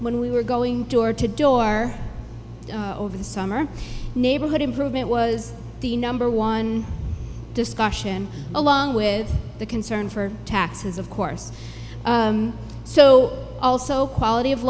when we were going door to door over the summer neighborhood improvement was the number one discussion along with the concern for taxes of course so also quality of